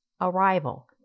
Arrival